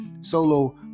solo